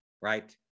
right